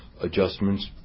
adjustments